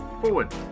forward